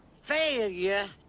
failure